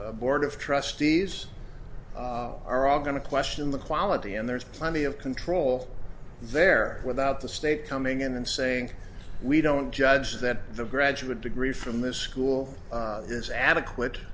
donors board of trustees are all going to question the quality and there's plenty of control there without the state coming in and saying we don't judge that the graduate degree from a school is adequate